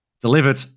Delivered